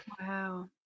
Wow